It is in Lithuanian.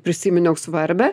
prisiminiau svarbią